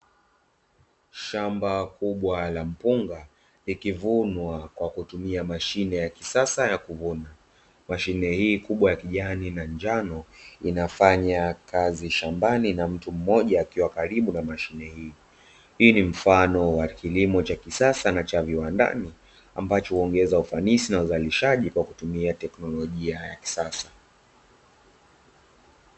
Shamba kubwa la mpunga likivunwa kwa kutumia mashine ya kisasa ya kuvuna. Mashine hii kubwa ya kijani na njano inafanya kazi shambani na mtu mmoja akiwa karibu na mashine. Hii ni mfano wa kilimo cha kisasa na cha viwandani ambacho huongeza ufanisi na uzalishaji kwa kutumia teknolojia ya kisasa.